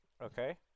Okay